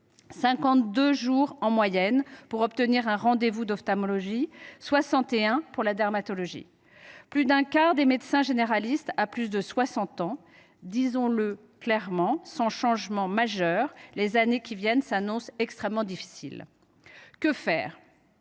jours en moyenne pour obtenir un rendez vous d’ophtalmologie, soixante et un pour la dermatologie ! Plus d’un quart des médecins généralistes ont plus de 60 ans. Disons le clairement : sans changement majeur, les années qui viennent s’annoncent extrêmement difficiles. Alors, que faire ?